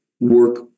work